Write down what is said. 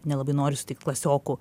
nelabai nori sutikt klasiokų